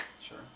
Sure